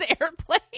airplane